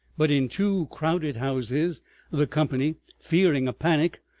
but in two crowded houses the company, fearing a panic,